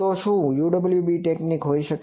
તો શું તે UWB તકનીક હોઈ શકે